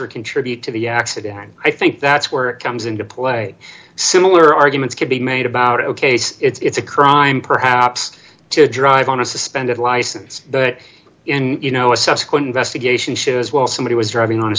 or contribute to the accident and i think that's where it comes into play similar arguments could be made about ok so it's a crime perhaps to drive on a suspended license but you know a subsequent investigation shows well somebody was driving on a